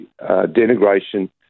denigration